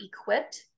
equipped